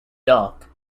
dock